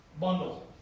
bundle